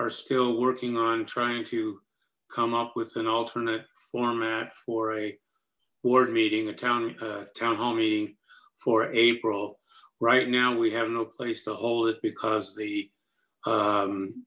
are still working on trying to come up with an alternate format for a board meeting a town town hall meeting for april right now we have no place to hold it because the